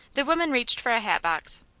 the woman reached for a hat box.